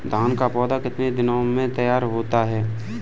धान का पौधा कितने दिनों में तैयार होता है?